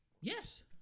Yes